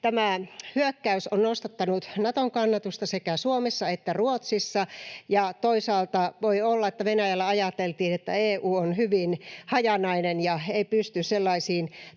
tämä hyökkäys on nostattanut Naton kannatusta sekä Suomessa että Ruotsissa. Ja toisaalta voi olla, että Venäjällä ajateltiin, että EU on hyvin hajanainen ja ei pysty sellaisiin